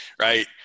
right